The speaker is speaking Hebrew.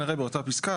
כנראה באותה פסקה,